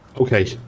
Okay